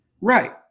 Right